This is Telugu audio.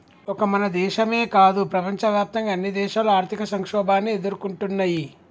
ఒక మన దేశమో కాదు ప్రపంచవ్యాప్తంగా అన్ని దేశాలు ఆర్థిక సంక్షోభాన్ని ఎదుర్కొంటున్నయ్యి